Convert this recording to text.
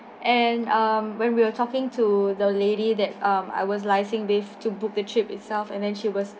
and um when we were talking to the lady that uh I was liaising with to book the trip itself and then she was